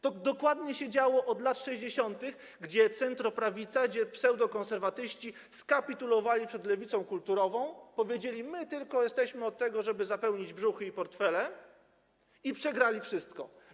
To dokładnie się działo od lat 60., kiedy centroprawica, kiedy pseudokonserwatyści skapitulowali przed lewicą kulturową, powiedzieli: my tylko jesteśmy od tego, żeby zapełnić brzuchy i portfele, i przegrali wszystko.